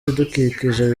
ibidukikije